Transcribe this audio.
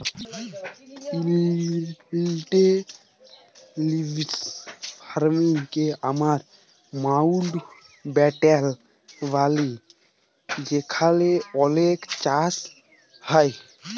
intensive farming কে আমরা মাউল্টব্যাটেল ব্যলি যেখালে অলেক চাষ হ্যয়